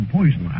poison